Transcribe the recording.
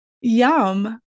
Yum